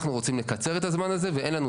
אנחנו רוצים לקצר את הזמן הזה ואין לנו